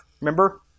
remember